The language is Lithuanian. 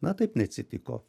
na taip neatsitiko